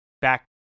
back